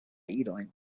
idojn